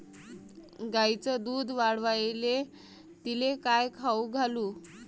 गायीचं दुध वाढवायले तिले काय खाऊ घालू?